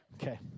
Okay